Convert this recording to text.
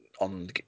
on